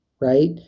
right